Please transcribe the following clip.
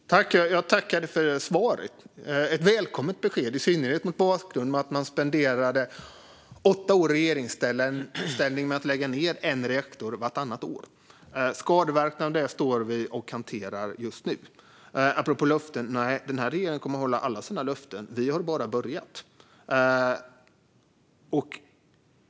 Fru talman! Jag tackar ledamoten för svaret. Det är ett välkommet besked, i synnerhet när man spenderade åtta år i regeringsställning med att lägga ned en reaktor vartannat år. Skadeverkningarna av det hanterar vi just nu. Apropå löften: Den här regeringen kommer att hålla alla sina löften; vi har bara börjat.